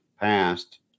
passed